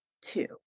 two